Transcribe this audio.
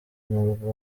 umurwa